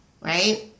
right